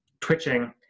twitching